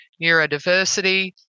neurodiversity